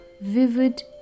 vivid